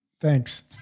Thanks